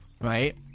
Right